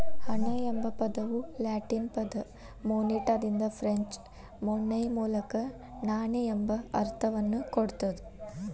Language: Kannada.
ಹಣ ಎಂಬ ಪದವು ಲ್ಯಾಟಿನ್ ಪದ ಮೊನೆಟಾದಿಂದ ಫ್ರೆಂಚ್ ಮೊನೈ ಮೂಲಕ ನಾಣ್ಯ ಎಂಬ ಅರ್ಥವನ್ನ ಕೊಡ್ತದ